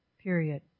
period